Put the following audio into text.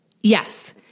Yes